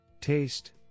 Taste